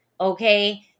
Okay